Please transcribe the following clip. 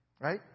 Right